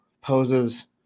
poses